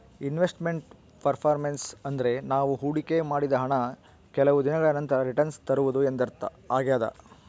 invest made performance ಅಂದ್ರೆ ನಾವು ಹೊಡಿಕೆ ಮಾಡಿದ ಹಣ ಕೆಲವು ದಿನಗಳ ನಂತರ ರಿಟನ್ಸ್ ತರುವುದು ಎಂದರ್ಥ ಆಗ್ಯಾದ